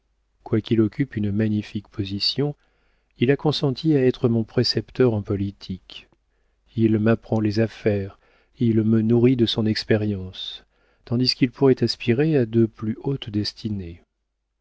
quoiqu'il occupe une magnifique position il a consenti à être mon précepteur en politique il m'apprend les affaires il me nourrit de son expérience tandis qu'il pourrait aspirer à de plus hautes destinées